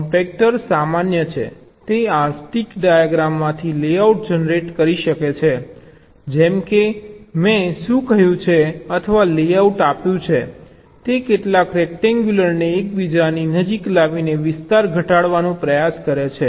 compactor સામાન્ય છે તે આ સ્ટીક ડાયાગ્રામમાંથી લેઆઉટ જનરેટ કરી શકે છે જેમ કે મેં શું કહ્યું છે અથવા લેઆઉટ આપ્યું છે તે કેટલાક રેક્ટેન્ગ્યુલરને એકબીજાની નજીક લાવીને વિસ્તાર ઘટાડવાનો પ્રયાસ કરે છે